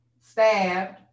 stabbed